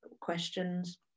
questions